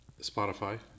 Spotify